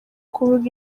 kuvuga